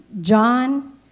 John